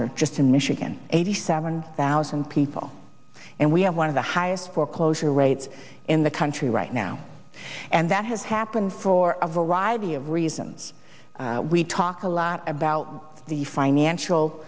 year just in michigan eighty seven thousand people and we have one of the highest foreclosure rates in the country right now and that has happened for a variety of reasons we talk a lot about the